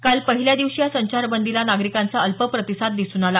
काल पहिल्या दिवशी या संचारबंदीला नागरिकांचा अल्प प्रतिसाद दिसून आला